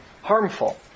harmful